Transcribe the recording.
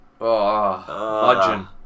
imagine